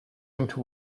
into